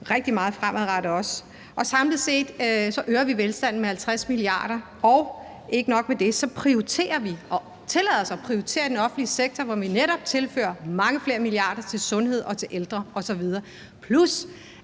rigtig meget fremadrettet. Og samlet set øger vi velstanden med 50 mia. kr., og ikke nok med det, prioriterer vi og tillader os at prioritere i den offentlige sektor, hvor vi netop tilfører mange flere milliarder kroner til sundhed og til ældre osv., plus